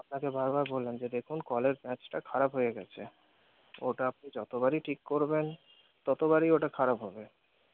আপনাকে বারবার বললাম যে দেখুন কলের প্যাঁচটা খারাপ হয়ে গেছে ওটা আপনি যতবারই ঠিক করবেন ততবারই ওটা খারাপ হবে